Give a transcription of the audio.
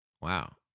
Wow